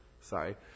sorry